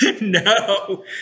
no